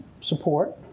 support